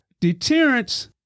Deterrence